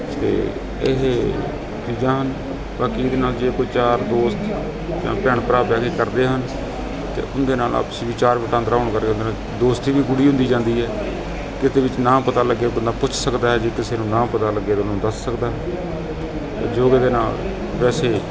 ਅਤੇ ਇਹ ਜਾਨ ਪ੍ਰਤੀ ਇਹਦੇ ਨਾਲ ਜੇ ਕੋਈ ਚਾਰ ਦੋਸਤ ਜਾਂ ਭੈਣ ਭਰਾ ਬਹਿ ਕੇ ਕਰਦੇ ਹਨ ਅਤੇ ਉਹਦੇ ਨਾਲ ਆਪਸੀ ਵਿਚਾਰ ਵਟਾਂਦਰਾ ਹੋਣ ਕਰਕੇ ਉਹਦੇ ਨਾਲ ਦੋਸਤੀ ਵੀ ਗੂੜ੍ਹੀ ਹੁੰਦੀ ਜਾਂਦੀ ਹੈ ਕਿਤੇ ਵਿੱਚ ਨਾ ਪਤਾ ਲੱਗੇ ਬੰਦਾ ਪੁੱਛ ਸਕਦਾ ਜੇ ਕਿਸੇ ਨੂੰ ਨਾ ਪਤਾ ਲੱਗੇ ਤਾ ਉਹਨੂੰ ਦੱਸ ਸਕਦਾ ਯੋਗਾ ਦੇ ਨਾਲ ਵੈਸੇ